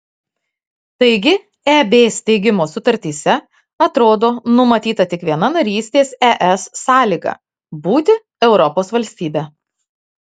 taigi eb steigimo sutartyse atrodo numatyta tik viena narystės es sąlyga būti europos valstybe